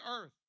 earth